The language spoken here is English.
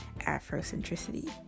Afrocentricity